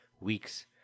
weeks